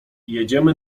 jedziemy